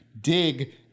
dig